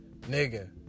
Nigga